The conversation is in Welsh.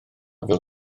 fel